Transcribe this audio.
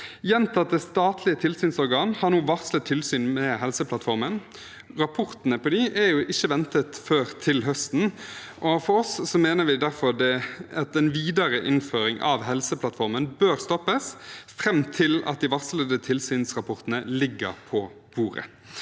Gjentatte statlige tilsynsorgan har nå varslet tilsyn med Helseplattformen. Disse rapportene er ikke ventet før til høsten. Derfor mener vi den videre innføringen av Helseplattformen bør stoppes fram til de varslede tilsynsrapportene ligger på bordet.